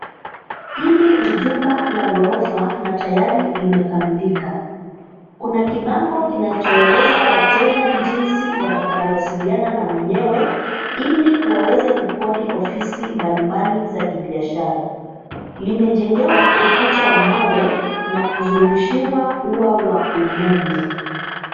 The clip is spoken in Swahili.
Hili ni jumba la ghorofa na tayari limekamilika. Kuna kibango kinachoeleza wateja jinsi watakavyowasiliana na mwenyewe ili waweze kukodi ofisi mbalimbali za kibiashara. Limejengewa ukuta wa mawe na kuzingushiwa ua wa umeme.